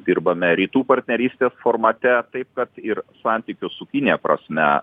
dirbame rytų partnerystės formate taip kad ir santykių su kinija prasme